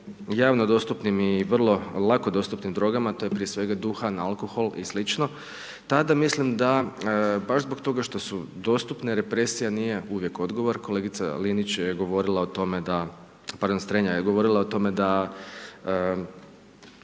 javno dostupnim i vrlo lako dostupnim drogama to je prije svega duhan, alkohol i slično. Tada mislim, da baš zbog toga što su dostupne, represija nije uvijek odgovor. Kolega Linić je govorila, pardon Strenja je govorila o tome, da